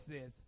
says